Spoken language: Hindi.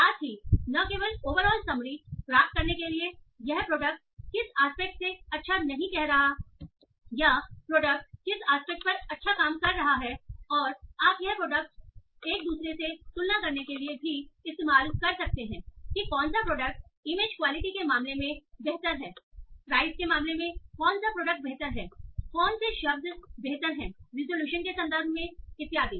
साथ ही न केवल ओवरऑल समरी प्राप्त करने के लिए कि यह प्रोडक्ट किस एस्पेक्ट से अच्छा नहीं कर रहा है या प्रोडक्ट किस एस्पेक्ट पर अच्छा काम कर रहा है और आप यह प्रोडक्टस की एक दूसरे से तुलना करने के लिए भी इस्तेमाल कर सकते हैं कि कौन सा प्रोडक्ट इमेज क्वालिटी के मामले में बेहतर है प्राइस के मामले में कौन सा प्रोडक्ट बेहतर है कौन से शब्द बेहतर है रिजोल्यूशन के संदर्भ में इत्यादि